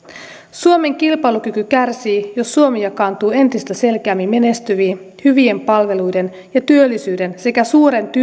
suomen kilpailukyky kärsii jos suomi jakaantuu entistä selkeämmin menestyviin hyvien palveluiden ja työllisyyden alueisiin sekä suuren